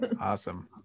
awesome